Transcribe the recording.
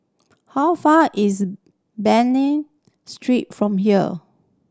how far is Street from here